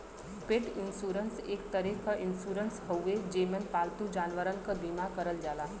पेट इन्शुरन्स एक तरे क इन्शुरन्स हउवे जेमन पालतू जानवरन क बीमा करल जाला